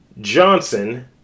Johnson